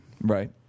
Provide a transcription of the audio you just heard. Right